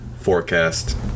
forecast